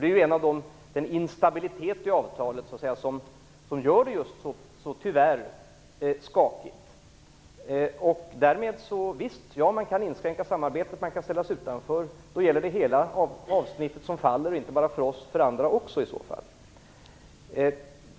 Det är en instabilitet i avtalet som tyvärr gör det så skakigt. Man kan visst inskränka samarbetet, man kan ställa sig utanför. Då faller hela avsnittet, och inte bara för vår del utan också för andra.